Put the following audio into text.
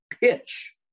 pitch